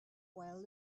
while